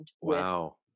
Wow